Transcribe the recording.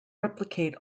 replicate